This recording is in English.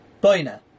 Boina